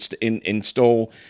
install